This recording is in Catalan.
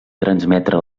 transmetre